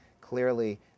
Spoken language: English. Clearly